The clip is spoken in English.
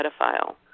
pedophile